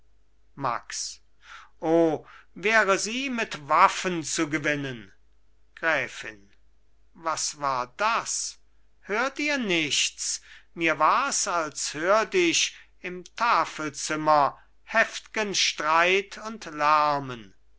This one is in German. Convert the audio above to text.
max o wäre sie mit waffen zu gewinnen gräfin was war das hört ihr nichts mir wars als hört ich im tafelzimmer heftgen streit und lärmen